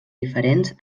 diferents